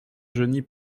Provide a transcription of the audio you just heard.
genis